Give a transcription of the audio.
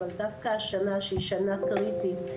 אבל דווקא השנה שהיא שנה קריטית,